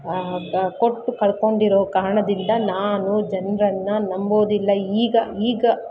ಕೊಟ್ಟು ಕಳ್ಕೊಂಡಿರೋ ಕಾರಣದಿಂದ ನಾನು ಜನ್ರನ್ನು ನಂಬೋದಿಲ್ಲ ಈಗ ಈಗ